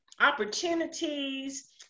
opportunities